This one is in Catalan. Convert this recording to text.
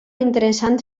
interessant